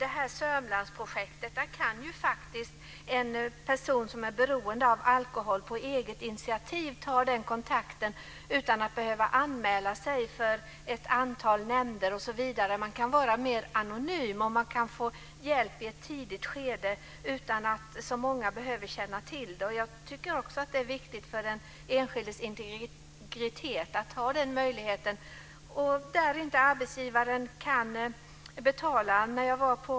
I Sörmlandsprojektet kan en person som är beroende av alkohol på eget initiativ ta den kontakten utan att behöva anmäla sig för ett antal nämnder. Man kan vara mer anonym, och man kan få hjälp i ett tidigt skede utan att så många behöver känna till det. Jag tycker också att det är viktigt för den enskildes integritet att ha den möjligheten. Det gäller också de fall då inte arbetsgivaren kan betala.